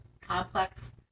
complex